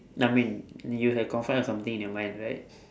no I mean you have confirm have something in your mind right